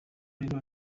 rero